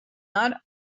not